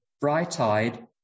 bright-eyed